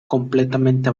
completamente